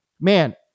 man